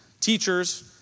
Teachers